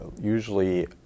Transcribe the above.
usually